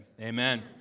amen